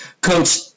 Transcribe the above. Coach